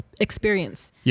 experience